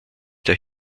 der